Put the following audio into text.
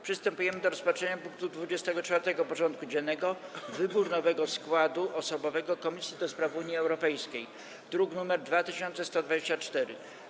Przystępujemy do rozpatrzenia punktu 24. porządku dziennego: Wybór nowego składu osobowego Komisji do Spraw Unii Europejskiej (druk nr 2124)